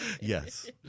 Yes